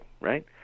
right